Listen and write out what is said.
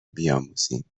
بیاموزیم